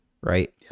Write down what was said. right